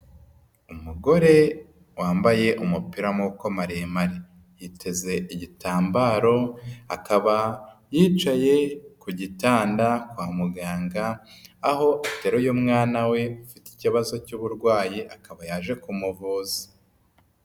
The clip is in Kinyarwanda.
Umugore wambaye umupira w'amaboko maremare yiteze igitambaro akaba yicaye ku gitanda kwa muganga aho ateruye umwana we ufite ikibazo cy'uburwayi akaba yaje kumuvuza.